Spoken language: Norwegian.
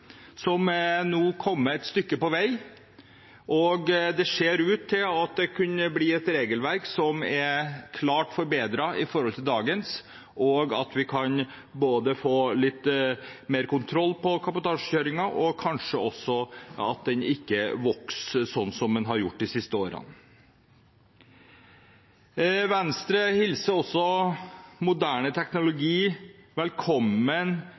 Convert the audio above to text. næringslivet nå og er såpass økende at vi virkelig bør ta i bruk nye tiltak. Heldigvis er det en prosess i EU som har kommet et stykke på vei. Det ser ut til at det kan bli et regelverk som er klart forbedret i forhold til dagens, at vi kan få litt mer kontroll på kabotasjekjøringen – og kanskje også at den ikke vokser sånn som den har